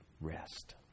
rest